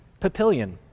Papillion